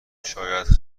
شاید